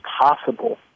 possible